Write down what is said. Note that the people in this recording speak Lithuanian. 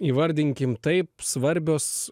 įvardinkim taip svarbios